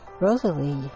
Rosalie